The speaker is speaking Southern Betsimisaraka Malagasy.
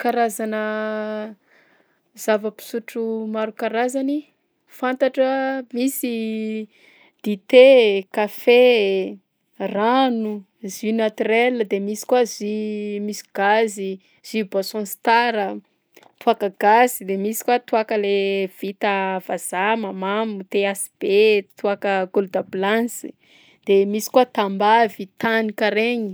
Karazana zava pisotro maro karazany fantatro a: misy dite, kafe, rano, jus naturel, de misy koa jus misy gazy, jus boisson star a, toaka gasy de misy koa toaka le vita vazaha mahamamo THB, toaka golda blanchy, de misy koa tambavy, tanika regny.